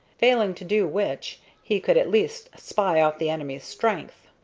failing to do which he could at least spy out the enemy's strength.